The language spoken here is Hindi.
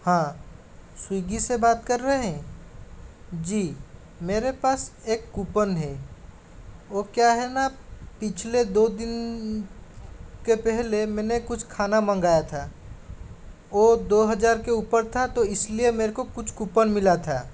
हाँ स्विग्गी से बात कर रहे है जी मेरे पास एक कूपन है वो क्या है ना पिछले दो दिन के पहले मैंने कुछ खाना मंगाया था वो दो हज़ार के ऊपर था तो इस लिए मेरे को कुछ कूपन मिला था